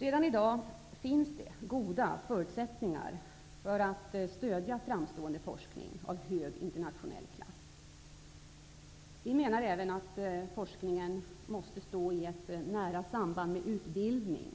Redan i dag finns det goda förutsättningar att stödja framstående forskning av hög internationell klass. Vi menar även att forskningen måste stå i ett nära samband med utbildning